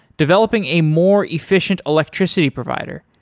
developing a more efficient electricity provider,